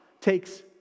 takes